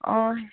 অঁ